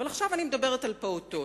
אבל עכשיו אני מדברת על פעוטות.